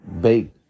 bake